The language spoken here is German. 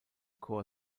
chor